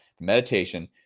meditation